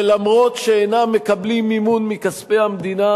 שגם אם אינם מקבלים מימון מכספי המדינה,